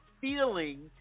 feeling